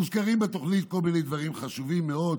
מוזכרים בתוכנית כל מיני דברים חשובים מאוד,